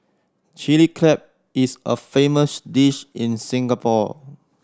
Chilli Crab is a famous dish in Singapore